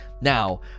Now